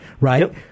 Right